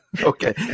Okay